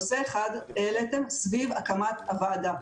נושא אחד העליתם סביב הקמת הוועדה.